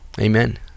Amen